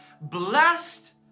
Blessed